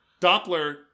Doppler